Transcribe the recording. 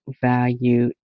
value